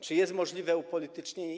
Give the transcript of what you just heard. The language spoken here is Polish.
Czy jest możliwe upolitycznienie?